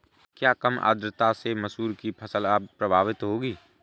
क्या कम आर्द्रता से मसूर की फसल प्रभावित होगी?